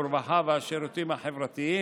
הרווחה והשירותים החברתיים.